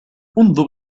أنظر